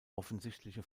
offensichtliche